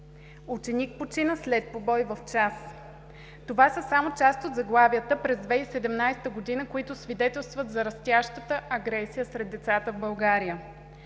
„Ученик почина след побой в час“ – това са само част от заглавията през 2017 г., които свидетелстват за растящата агресия сред децата в България.